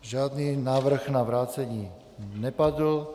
Žádný návrh na vrácení nepadl.